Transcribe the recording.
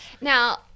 Now